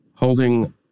holding